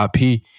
IP